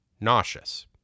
Nauseous